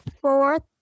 fourth